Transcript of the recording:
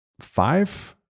five